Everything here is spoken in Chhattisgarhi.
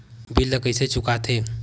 बिल ला कइसे चुका थे